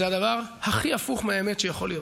זה הדבר הכי הפוך מהאמת שיכול להיות.